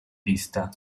pista